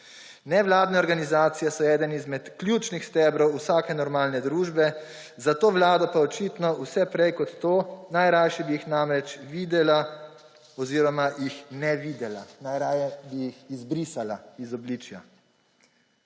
Nevladne organizacije so eden izmed ključnih stebrov vsake normalne družbe, za to vlado pa očitno vse prej kot to. Najrajši bi jih namreč ne-videla, najraje bi jih izbrisala iz obličja.